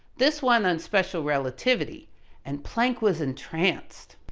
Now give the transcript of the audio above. this one on special relativity and planck was entranced.